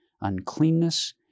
uncleanness